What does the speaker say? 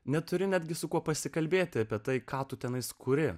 neturi netgi su kuo pasikalbėti apie tai ką tu tenais kuri